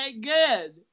good